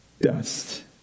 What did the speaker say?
dust